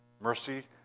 Mercy